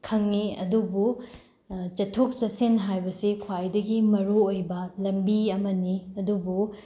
ꯈꯪꯏ ꯑꯗꯨꯕꯨ ꯆꯠꯊꯣꯛ ꯆꯠꯁꯤꯟ ꯍꯥꯏꯕꯁꯤ ꯈ꯭ꯋꯥꯏꯗꯒꯤ ꯃꯔꯨ ꯑꯣꯏꯕ ꯂꯝꯕꯤ ꯑꯃꯅꯤ ꯑꯗꯨꯕꯨ